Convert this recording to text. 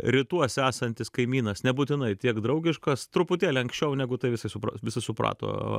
rytuose esantis kaimynas nebūtinai tiek draugiškas truputėlį anksčiau negu tai visi supras visi suprato